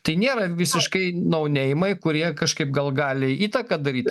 tai nėra visiškai nauneimai kurie kažkaip gal gali įtaką daryt